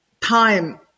time